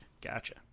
gotcha